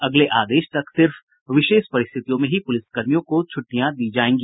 अगले आदेश तक सिर्फ विशेष परिस्थितियों में ही पुलिस कर्मियों को छुट्टियां दी जायेंगी